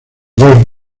dos